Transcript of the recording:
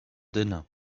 dinner